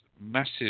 massive